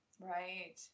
Right